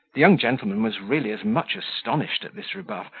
the young gentleman was really as much astonished at this rebuff,